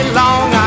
long